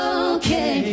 okay